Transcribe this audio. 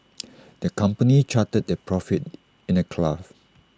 the company charted their profits in A graph